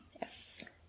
Yes